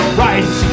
right